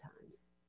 times